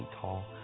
tall